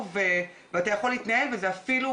באופן כללי,